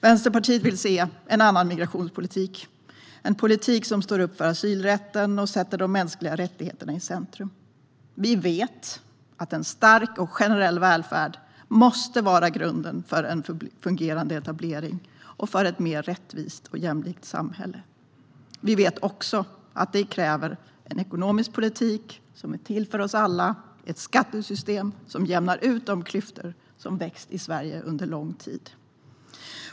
Vänsterpartiet vill se en annan migrationspolitik, en politik som står upp för asylrätten och sätter de mänskliga rättigheterna i centrum. Vi vet att en stark och generell välfärd måste vara grunden för en fungerande etablering och ett mer rättvist och jämlikt samhälle. Vi vet också att det kräver en ekonomisk politik som är till för oss alla och ett skattesystem som jämnar ut de klyftor som växt i Sverige under lång tid.